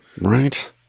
right